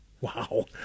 Wow